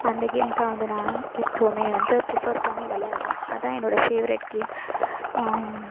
அந்த கேம் தான் வந்து நாங்கள் எப்போவுமே வந்து பிஃபர் பண்ணி விளாடுவேன் அதான் என்னோட ஃபேவ்ரேட் கேம்